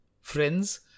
Friends